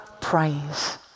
praise